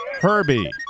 Herbie